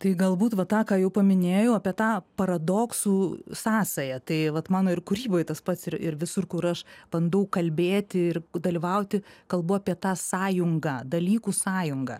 tai galbūt va tą ką jau paminėjau apie tą paradoksų sąsają tai vat mano ir kūryboj tas pats ir ir visur kur aš bandau kalbėti ir dalyvauti kalbu apie tą sąjungą dalykų sąjunga